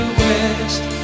west